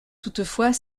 toutefois